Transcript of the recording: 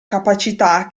capacità